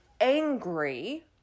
angry